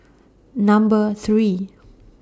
Number three